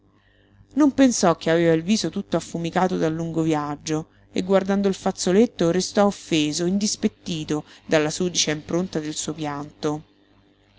non pensò che aveva il viso tutto affumicato dal lungo viaggio e guardando il fazzoletto restò offeso e indispettito dalla sudicia impronta del suo pianto